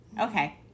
Okay